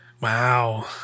wow